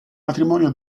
matrimonio